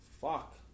Fuck